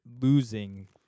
losing